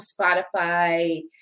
Spotify